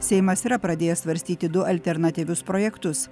seimas yra pradėjęs svarstyti du alternatyvius projektus